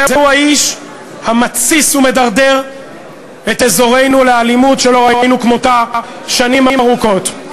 זהו האיש המתסיס ומדרדר את אזורנו לאלימות שלא ראינו כמותה שנים ארוכות.